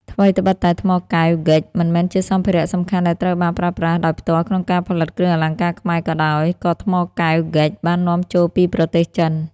ថ្វីត្បិតតែថ្មកែវ (ហ្គិច) មិនមែនជាសម្ភារៈសំខាន់ដែលត្រូវបានប្រើប្រាស់ដោយផ្ទាល់ក្នុងការផលិតគ្រឿងអលង្ការខ្មែរក៏ដោយ ក៏ថ្មកែវ (ហ្គិច)បាននាំចូលពីប្រទេសចិន។